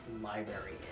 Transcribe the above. library